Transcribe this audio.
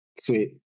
sweet